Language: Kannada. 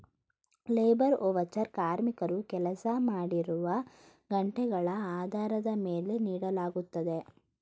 ಲೇಬರ್ ಓವಚರ್ ಕಾರ್ಮಿಕರು ಕೆಲಸ ಮಾಡಿರುವ ಗಂಟೆಗಳ ಆಧಾರದ ಮೇಲೆ ನೀಡಲಾಗುತ್ತದೆ